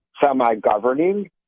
semi-governing